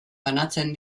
banatzen